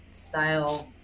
style